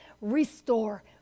restore